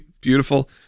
beautiful